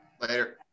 Later